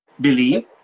believe